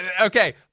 Okay